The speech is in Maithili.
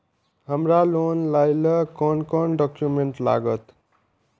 हमरा लोन लाइले कोन कोन डॉक्यूमेंट लागत?